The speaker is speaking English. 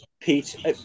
Pete